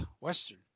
Western